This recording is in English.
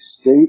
state